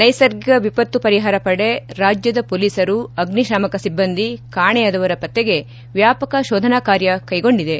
ನೈಸರ್ಗಿಕ ವಿಪತ್ತು ಪರಿಹಾರ ಪದೆ ರಾಜ್ಯದ ಪೊಲೀಸರು ಅಗ್ನಿಶಾಮಕ ಸಿಬ್ಬಂದಿ ಕಾಣೆಯಾದವರ ಪತ್ತೆಗೆ ವ್ಯಾಪಕ ಶೋಧನಾಕಾರ್ಯ ಕೈಗೊಂಡಿವೆ